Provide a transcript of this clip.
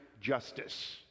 justice